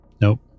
Nope